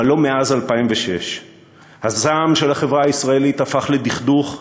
אבל לא מאז 2006. הזעם של החברה הישראלית הפך לדכדוך,